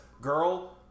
girl